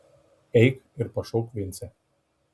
eik ir pašauk vincę